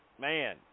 man